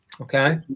Okay